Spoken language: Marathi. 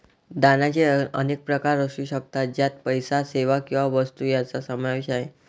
दानाचे अनेक प्रकार असू शकतात, ज्यात पैसा, सेवा किंवा वस्तू यांचा समावेश आहे